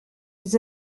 ils